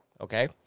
Okay